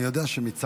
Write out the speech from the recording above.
אני יודע שמצרפת,